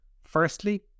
firstly